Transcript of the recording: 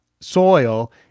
soil